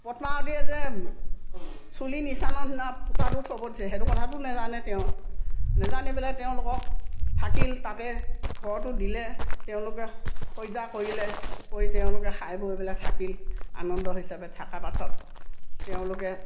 পদ্মাৱতীয়ে যে চুলি নিচানৰ নিচিনা ফুটাটো থ'ব দিছে সেইটো কথাটো নাজানে তেওঁ নেজানি পেলাই তেওঁলোকক থাকিল তাতে ঘৰটো দিলে তেওঁলোকে শয্যা কৰিলে কৰি তেওঁলোকে খাই বৈ পেলাই থাকিল আনন্দ হিচাপে থাকা পিছত তেওঁলোকে